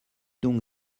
donc